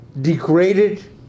degraded